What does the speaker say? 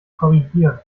korrigieren